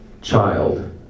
child